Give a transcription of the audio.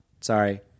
sorry